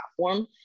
platform